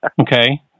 Okay